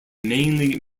mainly